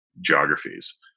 geographies